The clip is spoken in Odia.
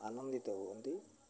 ଆନନ୍ଦିତ ହୁଅନ୍ତି